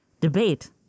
debate